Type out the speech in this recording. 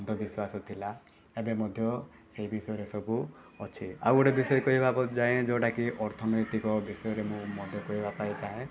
ଅନ୍ଧବିଶ୍ୱାସ ଥିଲା ଏବେ ମଧ୍ୟ ସେ ବିଷୟରେ ସବୁ ଅଛି ଆଉ ଗୋଟେ ବିଷୟରେ କହିବାକୁ ଚାହେଁକି ଅର୍ଥନୈତିକ ବିଷୟରେ ମୁଁ ମଧ୍ୟ କହିବାପାଇଁ ଚାହେଁ